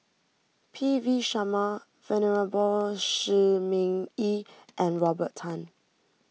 P V Sharma Venerable Shi Ming Yi and Robert Tan